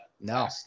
No